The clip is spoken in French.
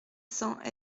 cent